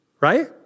right